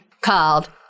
called